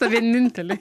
tą vienintelį